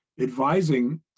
advising